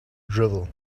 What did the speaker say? drivel